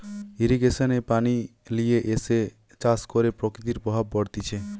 irrigation এ পানি লিয়ে এসে চাষ করে প্রকৃতির প্রভাব পড়তিছে